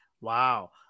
Wow